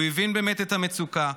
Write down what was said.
הוא הבין באמת את המצוקה,